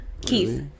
Keith